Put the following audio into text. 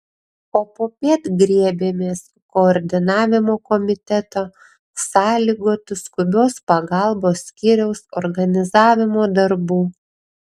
o popiet griebėmės koordinavimo komiteto sąlygotų skubios pagalbos skyriaus organizavimo darbų